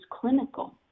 clinical